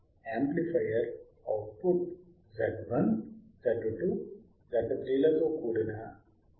amplifier output Z1 Z2 Z3 లతో కూడిన నెట్వర్క్ను ఫీడ్ చేస్తుంది